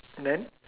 then